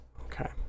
Okay